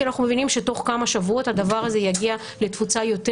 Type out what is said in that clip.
כי אנחנו מבינים שתוך כמה שבועות הדבר הזה יגיע לתפוצה יותר